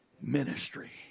ministry